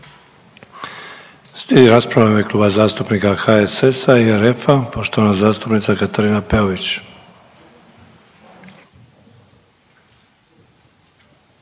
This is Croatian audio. Slijedi rasprava u ime Kluba zastupnika HSS-a i RF-a, poštovana zastupnica Katarina Peović.